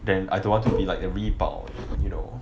then I don't want to be like a you know